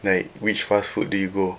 like which fast food do you go